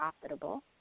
profitable